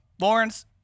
Lawrence